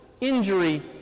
injury